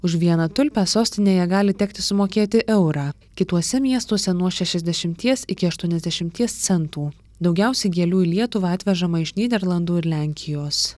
už vieną tulpę sostinėje gali tekti sumokėti eurą kituose miestuose nuo sešiasdešimties iki aštuoniasdešimties centų daugiausiai gėlių į lietuvą atvežama iš nyderlandų ir lenkijos